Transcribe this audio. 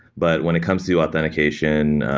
but when it comes to authentication,